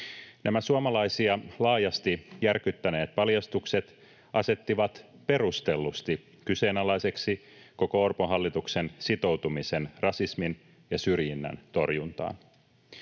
Nämä suomalaisia laajasti järkyttäneet paljastukset asettivat perustellusti kyseenalaiseksi koko Orpon hallituksen sitoutumisen rasismin ja syrjinnän torjuntaan.